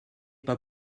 pas